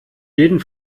jeden